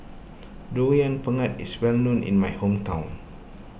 Durian Pengat is well known in my hometown